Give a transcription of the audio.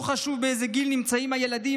לא חשוב באיזה גיל נמצאים הילדים,